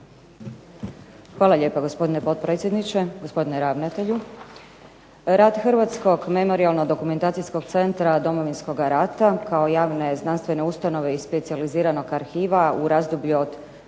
Hvala lijepa. Gospodine potpredsjedniče, gospodine ravnatelju. Rat Hrvatskog memorijalno-dokumentacijskog centra Domovinskoga rata, kao javne znanstvene ustanove i specijaliziranog arhiva u razdoblju od